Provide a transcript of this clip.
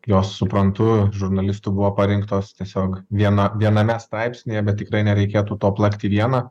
jos suprantu žurnalistų buvo parinktos tiesiog viena viename straipsnyje bet tikrai nereikėtų to plakti vieną